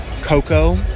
Coco